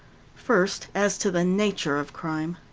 first, as to the nature of crime